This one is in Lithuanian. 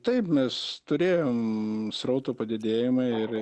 taip mes turėjom srauto padidėjimą ir